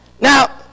Now